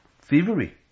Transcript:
Thievery